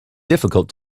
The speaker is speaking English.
difficult